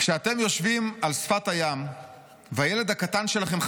כשאתם יושבים על שפת הים והילד הקטן שלכם,